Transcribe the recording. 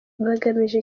bagamije